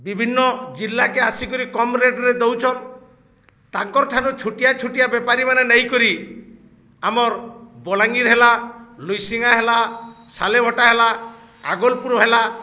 ବିଭିନ୍ନ ଜିଲ୍ଲାକେ ଆସିକରି କମ୍ ରେଟ୍ରେ ଦଉଛନ୍ ତାଙ୍କର୍ଠାରୁ ଛୋଟିଆ ଛୋଟିଆ ବେପାରୀମାନେ ନେଇକରି ଆମର୍ ବଲାଙ୍ଗୀର ହେଲା ଲୁଇସିଙ୍ଗା ହେଲା ସାଲେଭଟା ହେଲା ଆଗଲ୍ପୁର୍ ହେଲା